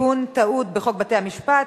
תיקון טעות בחוק בתי-המשפט.